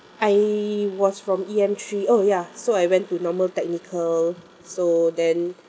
I was from E_M three oh ya so I went to normal technical so then